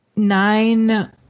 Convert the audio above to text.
Nine